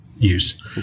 use